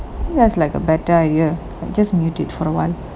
that's like a better idea I just mute it for awhile